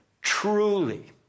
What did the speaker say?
truly